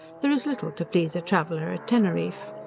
there is little to please a traveller at teneriffe.